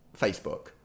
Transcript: Facebook